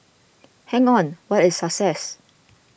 hang on what is success